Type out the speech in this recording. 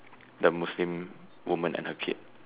the Muslim woman and her kid